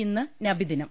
ഇന്ന് നബിദിനം